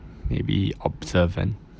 maybe observant